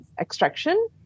extraction